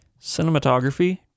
Cinematography